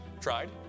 tried